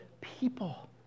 people